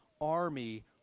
army